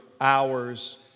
hours